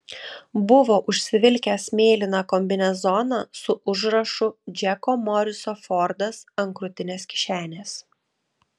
buvo užsivilkęs mėlyną kombinezoną su užrašu džeko moriso fordas ant krūtinės kišenės